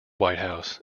whitehouse